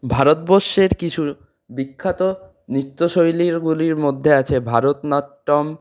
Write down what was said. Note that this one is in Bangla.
ভারতবর্ষের কিছু বিখ্যাত নৃত্যশৈলীগুলির মধ্যে আছে ভরতনাট্যম